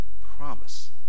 promise